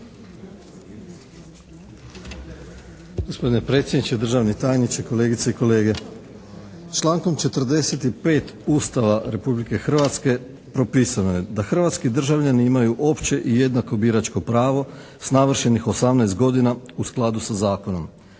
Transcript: Gospodine predsjedniče, državni tajniče, kolegice i kolege. Člankom 45. Ustava Republike Hrvatske propisano je da hrvatski državljani imaju opće i jednako biračko pravo s navršenih 18 godina u skladu sa zakonom.